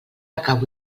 acabo